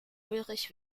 ulrich